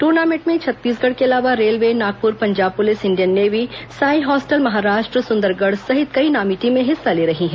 tournament में छत्तीसगढ़ के अलावा railway Nagpur Punjab police Indian navy SAI hostel Maharashtra Sundargarh सहित कई नामी टीमें हिस्सा ले रही हैं